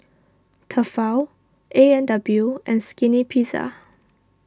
Tefal A and W and Skinny Pizza